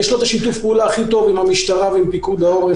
יש לו את שיתוף הפעולה הכי טוב עם המשטרה ועם פיקוד העורף,